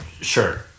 sure